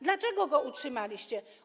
Dlaczego go utrzymaliście?